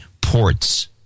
ports